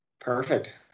Perfect